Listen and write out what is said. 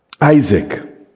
Isaac